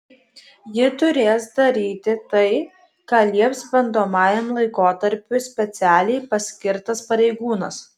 ji turės daryti tai ką lieps bandomajam laikotarpiui specialiai paskirtas pareigūnas